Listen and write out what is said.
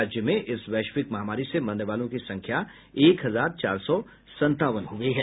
राज्य में इस वैश्विक महामारी से मरने वालों की संख्या एक हजार चार सौ संतावन हो गई है